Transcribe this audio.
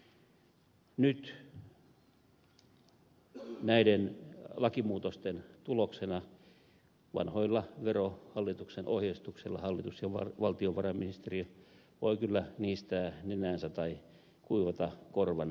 nyt näiden lakimuutosten tuloksena vanhoilla verohallituksen ohjeistuksilla hallitus ja valtiovarainministeriö voivat kyllä niistää nenäänsä tai kuivata korvantaustojaan